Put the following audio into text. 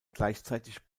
gleichzeitig